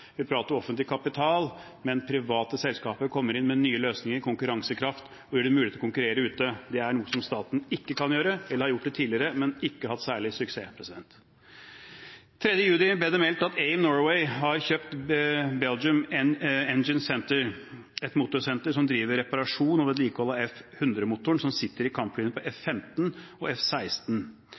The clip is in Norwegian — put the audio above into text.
privat og offentlig kapital, mens private selskaper kommer inn med nye løsninger og konkurransekraft og gjør det mulig å konkurrere ute. Det er noe som staten ikke kan gjøre, eller den har gjort det tidligere, men ikke hatt særlig suksess. 3. juni ble det meldt at AIM Norway har kjøpt Belgium Engine Center, et motorsenter som driver reparasjon og vedlikehold av F-100-motoren, som sitter i kampflyene F-15 og